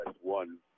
one